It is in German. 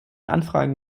anfragen